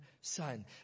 son